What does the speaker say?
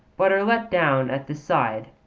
but are let down at the side